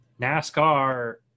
nascar